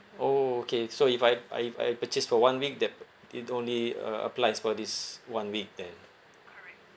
orh okay so if I uh if I purchase for one week thap~ uh it only uh applies for this one week then